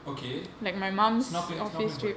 okay snorkeling snorkeling போயிருந்தீங்களா:poiyirundheenkala